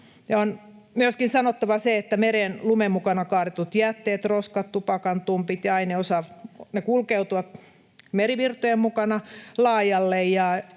On myöskin sanottava se, että mereen lumen mukana kaadetut jätteet, roskat, tupakantumpit ja ainesosat kulkeutuvat merivirtojen mukana laajalle